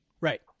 right